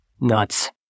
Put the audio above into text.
Nuts